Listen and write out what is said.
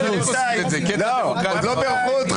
פשוט מתייוונים לא מספיק יהודים,